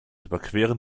überqueren